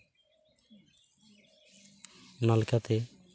ᱚᱱᱟᱞᱮᱠᱟᱛᱮ